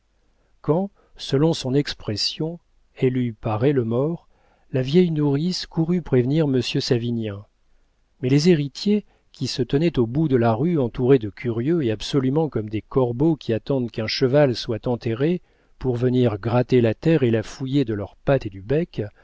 quand selon son expression elle eut paré le mort la vieille nourrice courut prévenir monsieur savinien mais les héritiers qui se tenaient au bout de la rue entourés de curieux et absolument comme des corbeaux qui attendent qu'un cheval soit enterré pour venir gratter la terre et la fouiller de leurs pattes et du bec